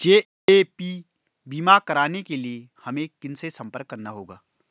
GAP बीमा कराने के लिए हमें किनसे संपर्क करना होगा?